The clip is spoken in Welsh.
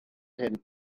hyn